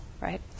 right